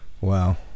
Wow